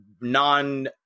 non-